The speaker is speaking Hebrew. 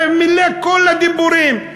הרי ממילא מכל הדיבורים,